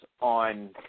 on